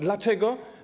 Dlaczego?